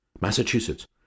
Massachusetts